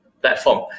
platform